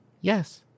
Yes